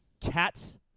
Cats